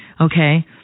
okay